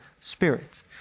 Spirit